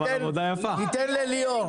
בסופו של דבר,